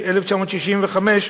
1965,